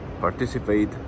participate